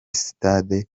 sitade